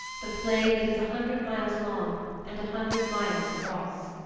the plain that is a hundred miles long and a hundred miles across.